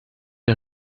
der